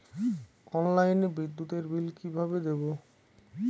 অনলাইনে বিদ্যুতের বিল কিভাবে দেব?